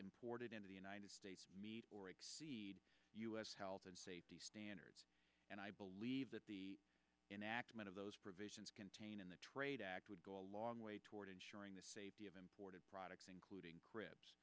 imported into the united states meet or exceed u s health and safety standards and i believe that the enactment of those provisions contained in the trade act would go a long way toward ensuring the safety of imported products including